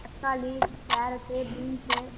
தக்காளி carrot beans